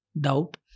doubt